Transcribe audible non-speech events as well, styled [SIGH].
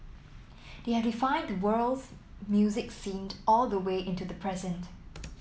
they have defined the world's music scene [UNINTELLIGIBLE] all the way into the present